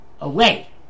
away